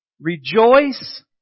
Rejoice